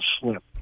slip